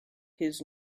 his